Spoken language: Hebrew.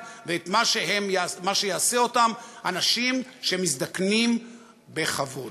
ואת מה שיעשה אותם אנשים שמזדקנים בכבוד.